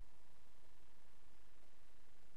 ויש לנו כזה,